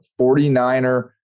49er